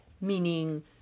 Meaning